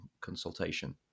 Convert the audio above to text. consultation